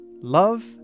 Love